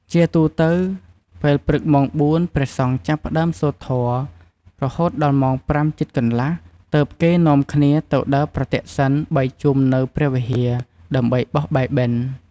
ជាទូទៅ ពេលព្រឹកម៉ោង៤ ព្រះសង្ឃចាប់ផ្តើមសូត្រធម៌ រហូតដល់ម៉ោង៥ជិតកន្លះ ទើបគេនាំ គ្នាទៅដើរប្រទក្សិណ ៣ ជុំនៅព្រះវិហារ ដើម្បីបោះបាយបិណ្ឌ។